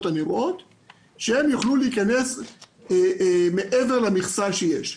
הנראות שהם יוכלו להיכנס מעבר למכסה שיש.